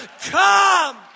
come